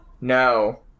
No